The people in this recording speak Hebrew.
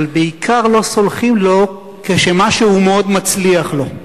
אבל בעיקר לא סולחים לו כשמשהו מאוד מצליח לו.